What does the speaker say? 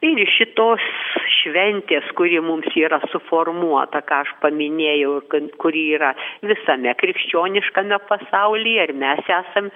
ir iš šitos šventės kuri mums yra suformuota ką aš paminėjau kuri yra visame krikščioniškame pasaulyje ir mes esam